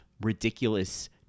ridiculous